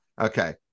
Okay